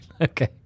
okay